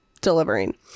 delivering